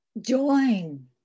Join